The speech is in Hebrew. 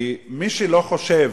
כי מי שלא חושב